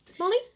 Molly